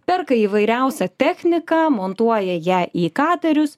perka įvairiausią techniką montuoja ją į katerius